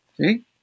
See